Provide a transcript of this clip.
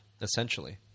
essentially